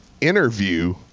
interview